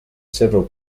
several